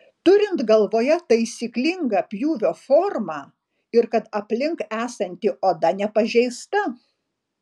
turint galvoje taisyklingą pjūvio formą ir kad aplink esanti oda nepažeista